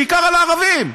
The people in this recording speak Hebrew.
בעיקר על הערבים.